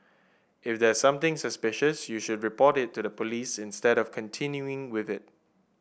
if there's something suspicious you should report it to the police instead of continuing with it